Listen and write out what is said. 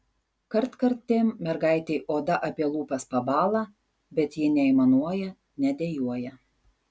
kartkartėm mergaitei oda apie lūpas pabąla bet ji neaimanuoja nedejuoja